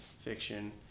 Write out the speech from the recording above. fiction